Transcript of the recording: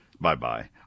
Bye-bye